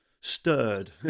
stirred